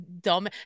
dumb